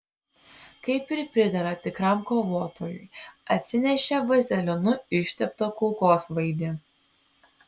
kaip ir pridera tikram kovotojui atsinešė vazelinu išteptą kulkosvaidį